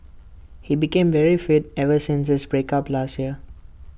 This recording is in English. he became very fit ever since his break up last year